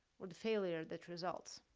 or the failure that results.